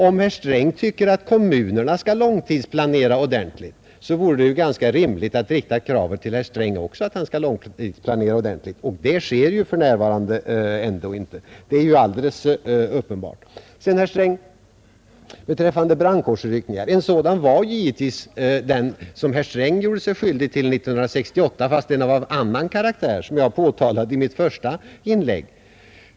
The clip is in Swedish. Om herr Sträng tycker att kommunerna skall långtidsplanera ordentligt, så vore det ju ganska rimligt att även av herr Sträng kräva att han skall långtidsplanera ordentligt, men det sker för närvarande inte. Det är uppenbart. Beträffande brandkårsutryckningarna vill jag framhålla att det givetvis var en sådan som herr Sträng gjorde sig skyldig till 1968, fast av annan karaktär, som jag påpekade i mitt första inlägg.